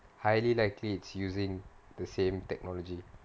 highly likely it's using the same technology